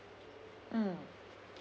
mm